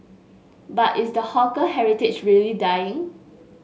but is the hawker heritage really dying